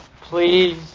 Please